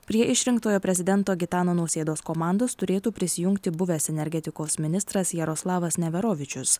prie išrinktojo prezidento gitano nausėdos komandos turėtų prisijungti buvęs energetikos ministras jaroslavas neverovičius